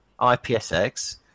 IPSX